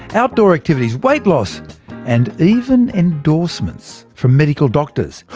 outdoor activities, weight loss and even endorsements from medical doctors.